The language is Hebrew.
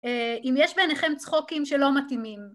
אם יש בעיניכם צחוקים שלא מתאימים